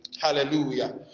Hallelujah